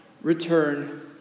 return